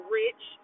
rich